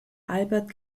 albert